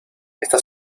esta